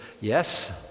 yes